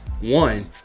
One